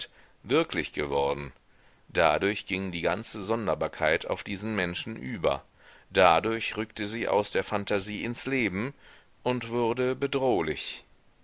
wirklich geworden dadurch ging die ganze sonderbarkeit auf diesen menschen über dadurch rückte sie aus der phantasie ins leben und wurde bedrohlich